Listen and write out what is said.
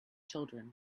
children